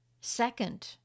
second